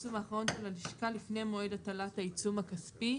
הפרסום האחרון של הלשכה לפני מועד הטלת העיצום הכספי,